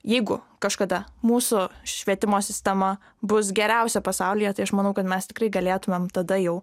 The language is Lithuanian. jeigu kažkada mūsų švietimo sistema bus geriausia pasaulyje tai aš manau kad mes tikrai galėtumėm tada jau